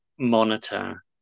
monitor